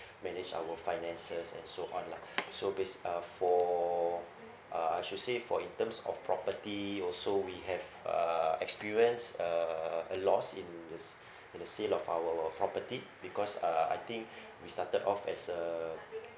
manage our finances and so on lah so bas~ uh for uh I should say for in terms of property also we have uh experienced uh a loss in this in a sale of our property because uh I think we started off as a